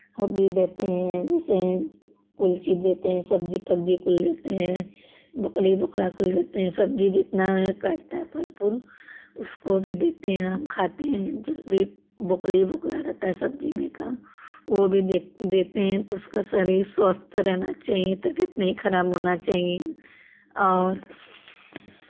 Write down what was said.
और भी देते हैं जैसे कुल चीज़ देते हैं सब्जी फब्जी कुल देते हैं बोक्ली बोक्ला कुल देते हैं सब्जी जितना कटता है फल फूल उसको भी देते हैं हम खाते हैं जो भी बोक्ली बोक्ला रहता है सब्जी में का वो भी दे देते हैं तो उसका शरीर स्वस्थ रहना चाहिए तबियत नहीं खराब होना चाहिए और